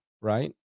right